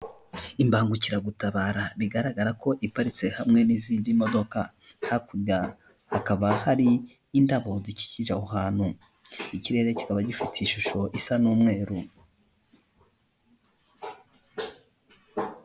Imbagukiragutabara bigaragara ko iparitse hamwe n'izindi modoka, hakurya hakaba hari indabo zikikije aho hantu, ikirere kikaba gifite ishusho isa n'umweru.